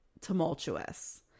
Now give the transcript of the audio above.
tumultuous